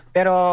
Pero